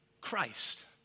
Christ